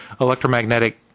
electromagnetic